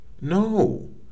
No